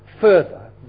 further